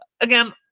Again